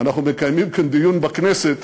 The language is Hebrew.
אנחנו מקיימים כאן דיון בכנסת